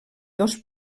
dos